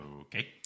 Okay